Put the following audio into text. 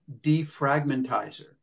Defragmentizer